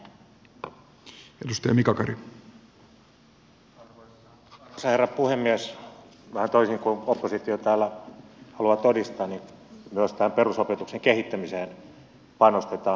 vähän toisin kuin oppositio täällä haluaa todistaa myös tähän perusopetuksen kehittämiseen panostetaan